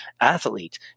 athlete